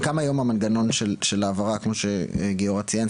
קם היום המנגנון של העברה כמו גיורא ציין,